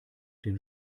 den